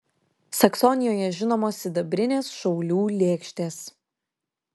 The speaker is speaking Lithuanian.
saksonijoje žinomos sidabrinės šaulių lėkštės